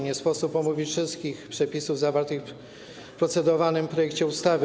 Nie sposób omówić wszystkich przepisów zawartych w procedowanym projekcie ustawy.